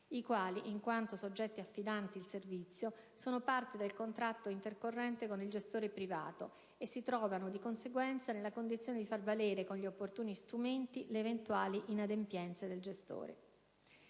le quali, in quanto soggetti affidanti il servizio, sono parte del contratto intercorrente con il gestore privato e si trovano di conseguenza nella condizione di far valere, con gli opportuni strumenti, le eventuali inadempienza del gestore.